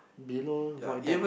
below void deck